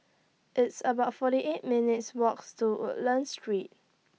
It's about forty eight minutes' Walks to Woodlands Street